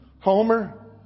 Homer